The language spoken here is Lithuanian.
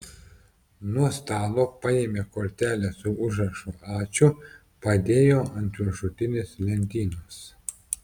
nuo stalo paėmė kortelę su užrašu ačiū padėjo ant viršutinės lentynos